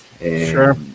Sure